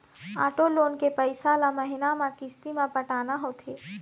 auto loan के पइसा ल महिना म किस्ती म पटाना होथे